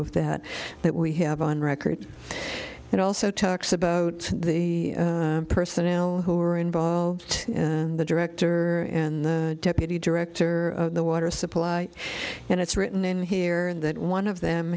of that that we have on record it also talks about the personnel who are involved and the director and the deputy director of the water supply and it's written in here that one of them